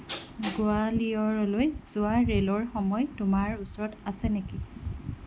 গোৱালিয়ৰলৈ যোৱা ৰে'লৰ সময় তোমাৰ ওচৰত আছে নেকি